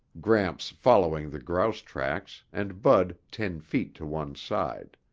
gramps following the grouse tracks and bud ten feet to one side.